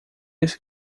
isso